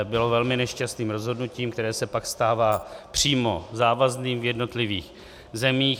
Bylo velmi nešťastným rozhodnutím, které se pak stává přímo závazným v jednotlivých zemích.